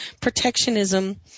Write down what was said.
protectionism